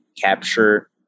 capture